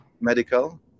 Medical